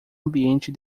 ambiente